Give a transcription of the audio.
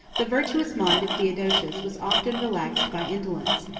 the virtuous mind of theodosius was often relaxed by indolence,